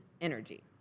energy